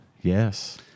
Yes